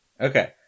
okay